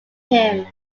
him